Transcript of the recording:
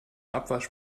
abwasch